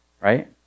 Right